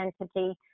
entity